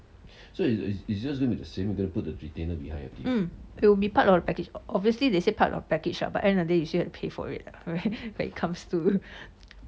mm it will be part of the package bu~ but obviously they say part of the package ah but at end of the day you still have to pay for it ah when it come to